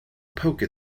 poke